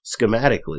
schematically